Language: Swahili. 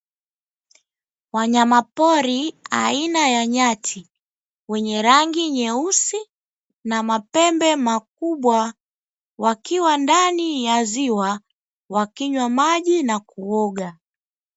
Wanyama pori aina ya nyati wenye rangi nyeusi na mapembe makubwa, wakiwa ndani ya ziwa wakinywa maji na kuoga.